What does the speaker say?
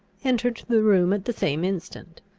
entered the room at the same instant.